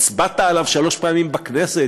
הצבעת עליו שלוש פעמים בכנסת,